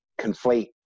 conflate